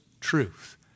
truth